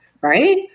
right